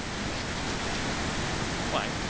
insurance agent why,